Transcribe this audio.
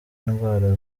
indwara